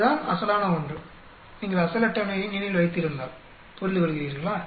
அதுதான் அசலான ஒன்று நீங்கள் அசல் அட்டவணையை நினைவில் வைத்திருந்தால் புரிந்துகொள்கிறீர்களா